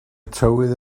tywydd